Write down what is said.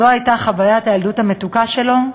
זו הייתה חוויית הילדות המתוקה שלו.